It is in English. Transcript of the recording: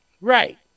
Right